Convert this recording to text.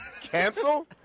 Cancel